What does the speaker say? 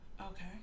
okay